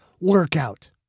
workout